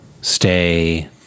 stay